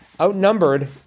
outnumbered